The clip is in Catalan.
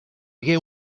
hagué